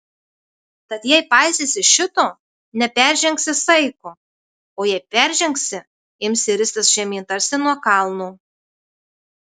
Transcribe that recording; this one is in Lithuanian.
tad jei paisysi šito neperžengsi saiko o jei peržengsi imsi ristis žemyn tarsi nuo kalno